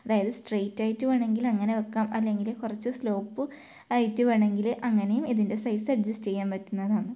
അതായത് സ്ട്രൈറ്റ് ആയിട്ട് വേണമെങ്കിൽ അങ്ങനെ വെക്കാം അല്ലെങ്കിൽ കുറച്ച് സ്ലോപ്പും ആയിട്ട് വേണമെങ്കിൽ അങ്ങനെയും ഇതിൻ്റെ സൈസ് അഡ്ജസ്റ്റ് ചെയ്യാൻ പറ്റുന്നതാണ്